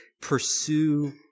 Pursue